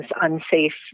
unsafe